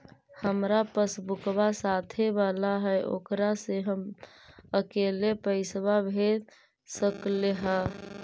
हमार पासबुकवा साथे वाला है ओकरा से हम अकेले पैसावा भेज सकलेहा?